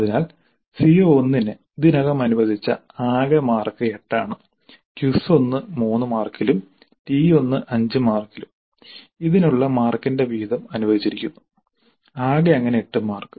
അതിനാൽ CO1 ന് ഇതിനകം അനുവദിച്ച ആകെ മാർക്ക് 8 ആണ് ക്വിസ് 1 3 മാർക്കിലും ടി 1 5 മാർക്കിലുംഇതിനുള്ള മാർക്കിന്റെ വിഹിതം അനുവദിച്ചിരിക്കുന്നു ആകെ അങ്ങനെ 8 മാർക്ക്